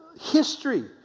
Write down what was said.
history